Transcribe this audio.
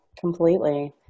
completely